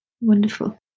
Wonderful